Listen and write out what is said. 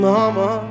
Mama